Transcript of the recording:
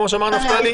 כמו שאמר נפתלי?